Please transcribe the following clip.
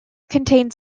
contains